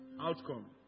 outcome